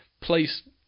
place